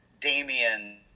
Damian